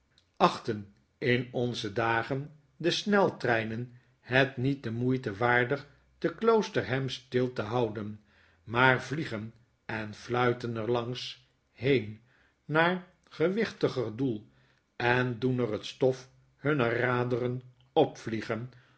achten in onze dagen de sneltreinen het niet de moeite waardig te kloosterham stil te houden maar vliegen en fluiten er langs heen naar gewichtiger doel en doen er het stof hunner raderen